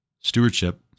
stewardship